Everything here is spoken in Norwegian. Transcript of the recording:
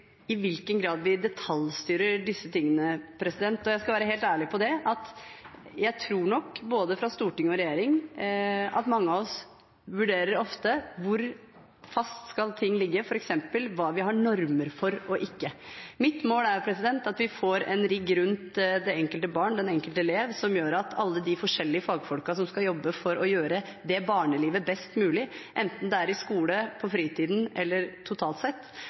i hvilken grad vi skal detaljstyre dette. Og jeg skal være helt ærlig på at jeg tror nok at mange av oss, både i storting og i regjering, ofte vurderer hvor fast ting skal ligge, f.eks. når det gjelder hva vi har normer for og ikke. Mitt mål er at vi får en rigg rundt det enkelte barnet og den enkelte eleven, med alle de forskjellige fagfolkene som skal jobbe for å gjøre det barnelivet best mulig, enten det er i skole, på fritiden eller totalt sett,